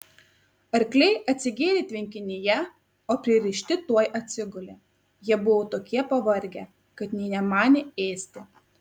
arkliai atsigėrė tvenkinyje o pririšti tuoj atsigulė jie buvo tokie pavargę kad nė nemanė ėsti